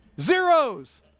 Zeros